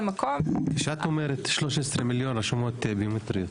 מקום --- כשאת אומרת 13 מיליון רשומות ביומטריות,